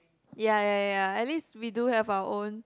ya ya ya at least we do have our own